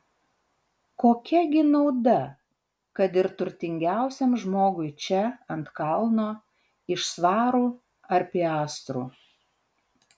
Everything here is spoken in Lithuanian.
kokia gi nauda kad ir turtingiausiam žmogui čia ant kalno iš svarų ar piastrų